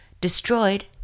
destroyed